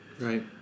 Right